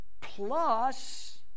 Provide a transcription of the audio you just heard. plus